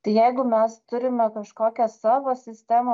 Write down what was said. tai jeigu mes turime kažkokią savo sistemą